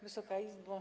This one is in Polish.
Wysoka Izbo!